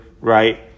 right